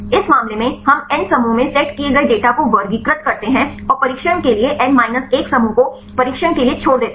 इस मामले में हम एन समूहों में सेट किए गए डेटा को वर्गीकृत करते हैं और प्रशिक्षण के लिए एन माइनस 1 समूह को प्रशिक्षण के लिए छोड़ देते हैं